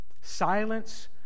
silence